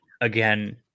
again